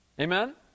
Amen